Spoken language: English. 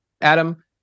Adam